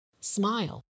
Smile